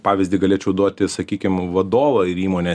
pavyzdį galėčiau duoti sakykim vadovą ir įmonę